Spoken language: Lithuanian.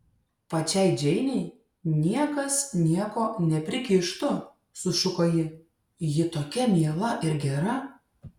pačiai džeinei niekas nieko neprikištų sušuko ji ji tokia miela ir gera